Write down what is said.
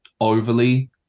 overly